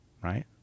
right